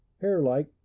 hair-like